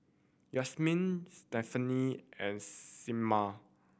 Yasmine Stephany and Clemma